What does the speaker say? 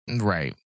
Right